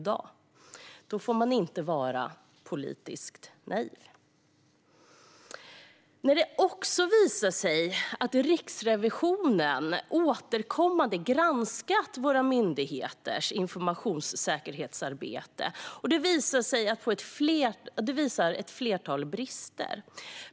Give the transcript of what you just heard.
Då får man inte vara politiskt naiv. Riksrevisionen har återkommande granskat våra myndigheters informationssäkerhetsarbete, och detta visar på ett flertal brister.